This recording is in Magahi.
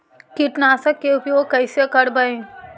कीटनाशक के उपयोग कैसे करबइ?